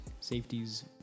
safeties